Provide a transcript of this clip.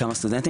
כן.